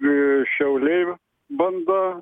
a šiauliai bando